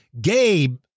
Gabe